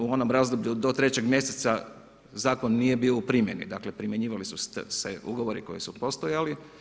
U onom razdoblju do 3. mjeseca zakon nije bio u primjeni, dakle primjenjivali su se ugovori koji su postojali.